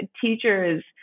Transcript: teachers